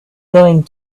going